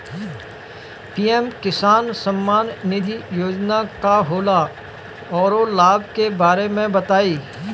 PM Kisan Samman Nidhi योजना का होला औरो लाभ के बारे में बताई?